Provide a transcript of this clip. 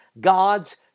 God's